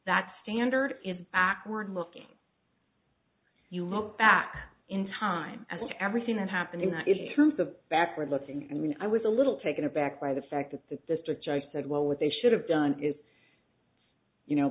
that standard is backward looking you look back in time and everything that happened in that is a truth of backward looking and i was a little taken aback by the fact that the district judge said well what they should have done is you know